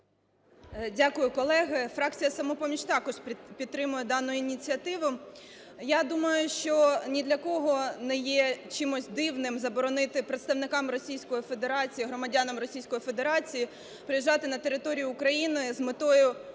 Дякую, колеги. Фракція "Самопоміч" також підтримує дану ініціативу. Я думаю, що ні для кого не є чимось дивним заборонити представникам Російської Федерації - громадянам Російської Федерації приїжджати на територію України з метою